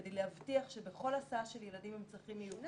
כדי להבטיח שבכל הסעה של ילדים עם צרכים מיוחדים,